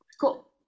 Cool